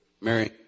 Mary